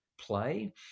play